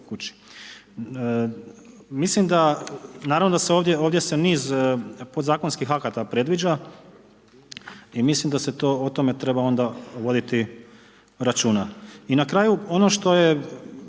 kući. Mislim da, naravno da se ovdje, ovdje se niz podzakonskih akata predviđa i mislim da se o tome treba onda voditi računa. I na kraju, ono što je